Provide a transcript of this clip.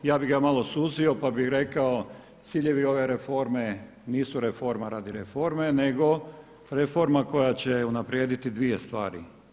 Ja bih ga malo suzio pa bih rekao ciljevi ove reforme nisu reforma radi reforme, nego reforma koja će unaprijediti dvije stvari.